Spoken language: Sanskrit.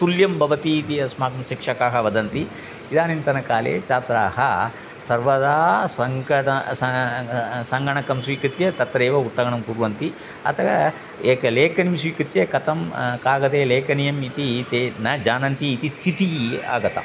तुल्यं भवति इति अस्माकं शिक्षकाः वदन्ति इदानीन्तन काले छात्राः सर्वदा सङ्कटं सङ्गणकं स्वीकृत्य तत्रैव उट्टङ्कनं कुर्वन्ति अतः एकां लिखनीं स्वीकृत्य कथं कागदे लेखनीयम् इति ते न जानन्ति इति स्थितिः आगता